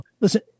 listen